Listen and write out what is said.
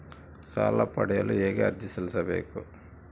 ಸಾಲ ಪಡೆಯಲು ಹೇಗೆ ಅರ್ಜಿ ಸಲ್ಲಿಸಬೇಕು?